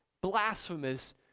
blasphemous